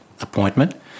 appointment